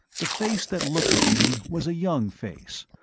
the face that looked at me was a young face,